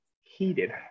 heated